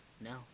No